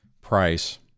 price